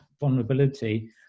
vulnerability